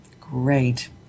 Great